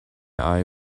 eye